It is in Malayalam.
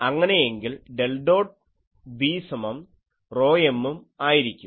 അങ്ങനെയെങ്കിൽ ഡെൽ ഡോട്ട് B സമം ρm ആയിരിക്കും